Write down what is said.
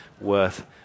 worth